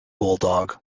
bulldog